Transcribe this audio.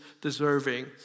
deserving